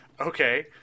Okay